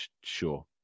sure